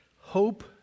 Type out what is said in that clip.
Hope